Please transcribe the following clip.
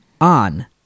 on